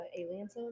aliens